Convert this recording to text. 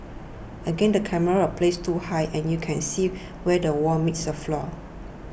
again the camera was placed too high and you can see where wall meets the floor